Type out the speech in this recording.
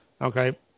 okay